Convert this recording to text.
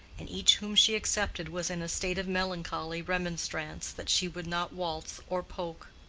and each whom she accepted was in a state of melancholy remonstrance that she would not waltz or polk.